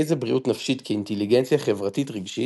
הרביעי זה בריאות נפשית כאינטיליגנציה חברתית-רגשית